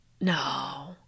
No